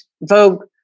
Vogue